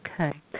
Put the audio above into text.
Okay